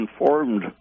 informed